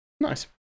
nice